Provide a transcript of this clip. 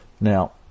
Now